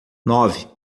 nove